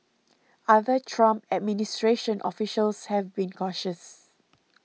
other Trump administration officials have been cautious